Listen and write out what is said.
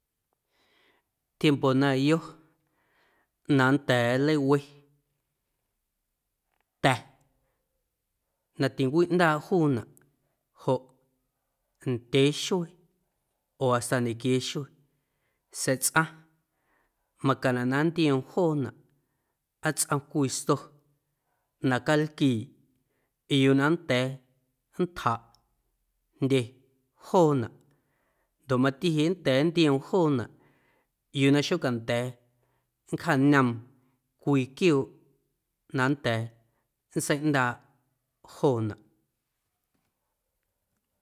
Tiempo na yo na nnda̱a̱ nleiwe ta̱ na tincwiꞌndaaꞌ juunaꞌ joꞌ ndyee xuee oo hasta ñequiee xuee sa̱a̱ tsꞌaⁿ macaⁿnaꞌ na nntioom joonaꞌ aa tsꞌom cwii sto na calquiiꞌ yuu na nnda̱a̱ nntjaꞌ jndye joonaꞌ ndoꞌ mati jeꞌ nnda̱a̱ nntioom joonaꞌ yuu na xocanda̱a̱ nncjaañoom cwii quiooꞌ na nnda̱a̱ nntseiꞌndaaꞌ joonaꞌ.